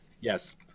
Yes